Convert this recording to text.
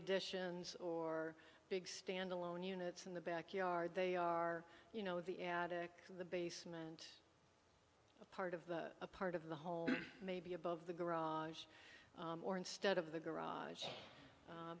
additions or big standalone units in the backyard they are you know the attic the basement part of the part of the home maybe above the garage or instead of the garage